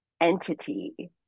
entity